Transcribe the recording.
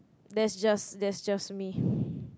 that's just that's just me